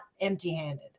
empty-handed